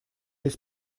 есть